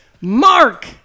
Mark